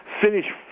finish